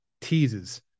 teases